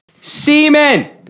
Semen